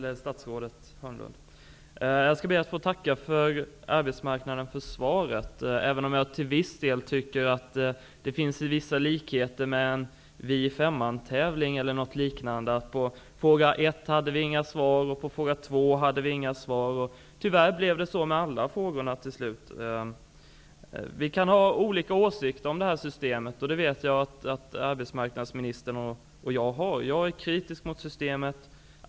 Fru talman! Jag skall be att få tacka arbetsmarknadsministern för svaret, även om jag tycker att svaret till viss del har vissa likheter med en Vi i femman-tävling eller något liknande, där man säger: På fråga 1 har vi inget svar, och på fråga 2 har vi inget svar. Tyvärr blir det till slut på samma sätt med alla frågor. Vi kan ha olika åsikter om detta system, och det vet jag att arbetsmarknadsministern och jag har. Jag är kritisk mot systemet.